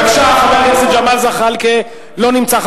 בבקשה, חבר הכנסת ג'מאל זחאלקה, לא נמצא.